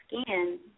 skin